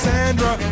Sandra